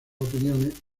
opiniones